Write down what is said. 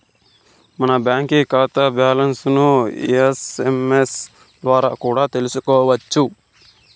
మన బాంకీ కాతా బ్యాలన్స్లను ఎస్.ఎమ్.ఎస్ ద్వారా కూడా తెల్సుకోవచ్చు